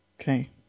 Okay